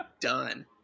done